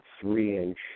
three-inch